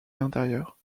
l’intérieur